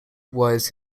was